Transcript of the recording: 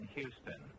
Houston